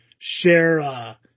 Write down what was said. share